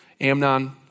Amnon